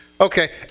Okay